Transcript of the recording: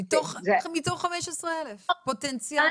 מתוך חמש עשרה אלף פוטנציאל?